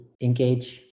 engage